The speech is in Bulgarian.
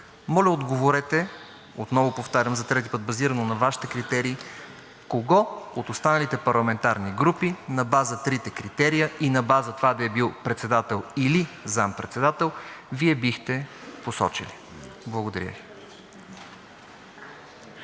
моля, отговорете. Отново повтарям, за трети път, базирано на Вашите критерии, кого от останалите парламентарни групи на база трите критерия и на база това да е бил председател или заместник-председател Вие бихте посочили? Благодаря Ви.